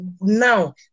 now